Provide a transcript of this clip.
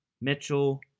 Mitchell